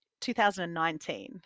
2019